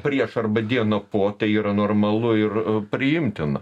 prieš arba dieną po tai yra normalu ir priimtina